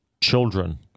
children